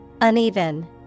Uneven